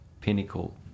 pinnacle